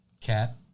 Cat